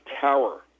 tower